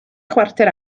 chwarter